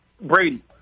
Brady